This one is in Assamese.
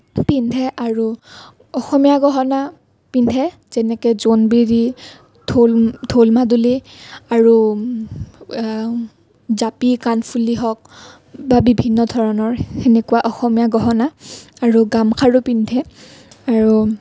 পিন্ধে আৰু অসমীয়া গহনা পিন্ধে যেনেকৈ জোনবিৰি ঢোল ঢোল মাদলী আৰু জাপি কাণফুলি হওক বা বিভিন্ন ধৰণৰ সেনেকুৱা অসমীয়া গহনা আৰু গাম খাৰু পিন্ধে আৰু